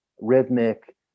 rhythmic